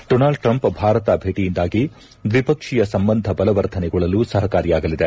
Donald Trump Bharat ಭೇಟಿಯಿಂದಾಗಿ ದ್ವಿಪಕ್ಷೀಯ ಸಂಬಂಧ ಬಲವರ್ಧನೆಗೊಳ್ಳಲು ಸಹಕಾರಿಯಾಗಲಿದೆ